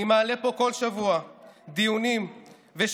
אני מעלה פה כל שבוע דיונים ושאילתות